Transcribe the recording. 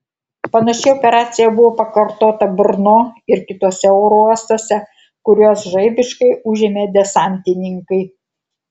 panaši operacija buvo pakartota brno ir kituose oro uostuose kuriuos žaibiškai užėmė desantininkai